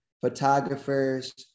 photographers